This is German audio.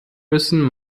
müssen